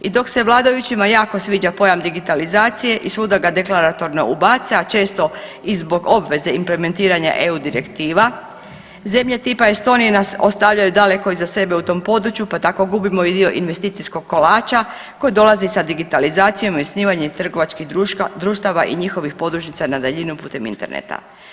I dok se vladajućima jako sviđa pojam digitalizacije i svuda ga deklaratorno ubace a često i zbog obveze implementiranja EU direktiva zemlje tipa Estonije nas ostavljaju daleko iza sebe u tom području, pa tako gubimo i dio investicijskog kolača koji dolazi sa digitalizacijom i osnivanjem trgovačkih društava i njihovih podružnica na daljinu putem interneta.